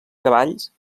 cavalls